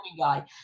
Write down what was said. guy